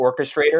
orchestrator